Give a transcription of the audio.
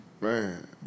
Man